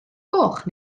goch